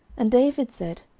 and david said,